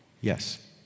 Yes